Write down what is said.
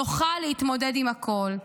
נוכל להתמודד עם הכול.